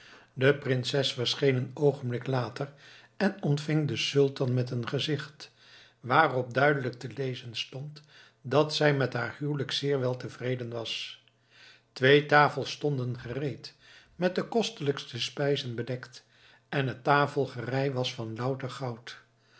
de prinses verscheen een oogenblik later en ontving den sultan met een gezicht waarop duidelijk te lezen stond dat zij met haar huwelijk zeer wel tevreden was twee tafels stonden gereed met de kostelijkste spijzen bedekt en het tafelgerei was van louter goud